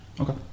Okay